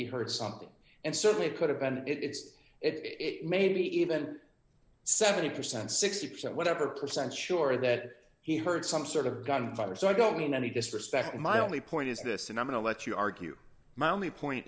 he heard something and certainly it could have been it is it maybe even seventy percent sixty percent whatever percent sure that he heard some sort of gunfire so i don't mean any disrespect my only point is this and i'm going to let you argue my only point